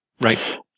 Right